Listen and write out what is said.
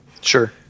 Sure